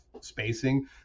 spacing